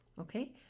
Okay